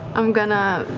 um going to